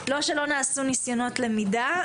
לא שלא נעשו ניסיונות למידה.